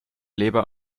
leber